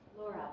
Laura